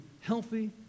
healthy